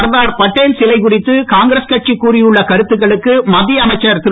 சர்தார் படேல் சிலை குறித்து காங்கிரஸ் கட்சி கூறியுள்ள கருத்துகளுக்கு மத்திய அமைச்சர் திரு